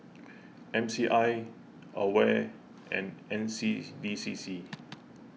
M C I Aware and N C B C C